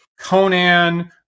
Conan